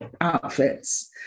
outfits